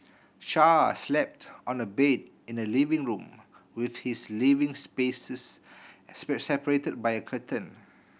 char slept on the bed in the living room with his living spaces a separated by a curtain